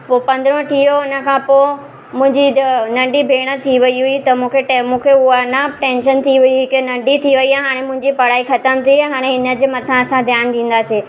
पोइ पंद्रहों थी वियो उनखां पोइ मुंहिंजी ज नंढी भेंण थी वई हुई त मूंखे हूअ अञा टेंशन थी वई हुइ की नंढी थी वई आहे हाणे मुंहिंजी पढ़ाई खतमि थी वई आहे हाणे हिनजे मथां असां ध्यानु ॾांदासीं